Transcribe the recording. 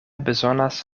bezonas